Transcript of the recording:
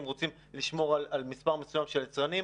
אם רוצים לשמוע על מספר מסוים של יצרנים,